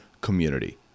community